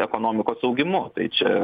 ekonomikos augimu tai čia